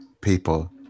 people